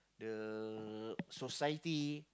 the society